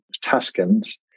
Tuscans